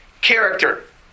character